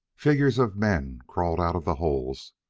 figures of men crawled out of the holes,